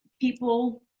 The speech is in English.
people